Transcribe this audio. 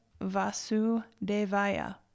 Vasudevaya